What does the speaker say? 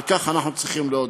על כך אנחנו צריכים להודות.